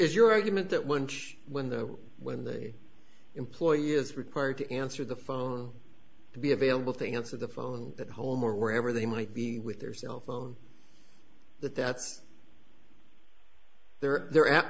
is your argument that winch when the when the employee is required to answer the phone or to be available to answer the phone that hold more wherever they might be with their cell phone that that's they're they're at